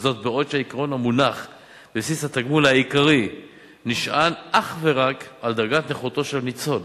והעיקרון המונח בבסיס התגמול העיקרי נשען אך ורק על דרגת נכותו של ניצול